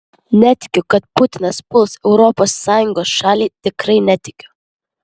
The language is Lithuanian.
netikiu kad putinas puls europos sąjungos šalį tikrai netikiu